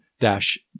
dash